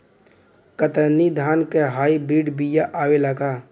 कतरनी धान क hybrid बिया आवेला का?